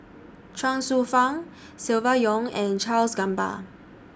Chuang Hsueh Fang Silvia Yong and Charles Gamba